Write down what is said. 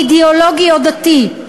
אידיאולוגי או דתי.